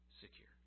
secure